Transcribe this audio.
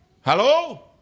Hello